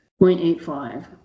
0.85